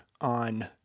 on